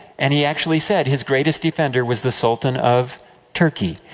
and he actually said, his greatest defender was the sultan of turkey.